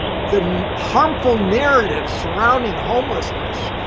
the harmful narrative surrounding homelessness,